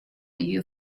you